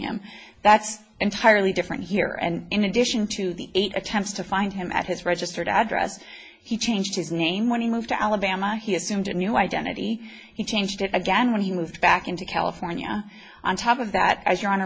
him that's entirely different here and in addition to the eight attempts to find him at his registered address he changed his name when he moved to alabama he assumed a new identity and changed it again when he moved back into california on top of that as your honor